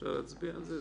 אפשר להצביע על זה?